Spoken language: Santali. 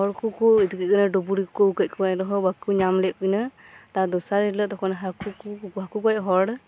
ᱦᱚᱲᱠᱩᱠᱩ ᱰᱩᱵᱩᱨᱤ ᱠᱩ ᱟᱹᱜᱩ ᱠᱮᱫᱠᱚᱣᱟ ᱮᱱᱨᱮᱦᱚᱸ ᱵᱟᱠᱩ ᱧᱟᱢᱞᱮᱫ ᱠᱤᱱᱟᱹ ᱛᱟᱨᱫᱚᱥᱟᱨ ᱦᱤᱞᱟᱹᱜ ᱛᱚᱠᱷᱚᱱ ᱦᱟᱠᱩ ᱠᱩ ᱦᱟᱠᱩᱜᱚᱡ ᱦᱚᱲ